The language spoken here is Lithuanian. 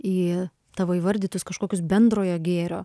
į tavo įvardytus kažkoks bendrojo gėrio